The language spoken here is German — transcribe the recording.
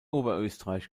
oberösterreich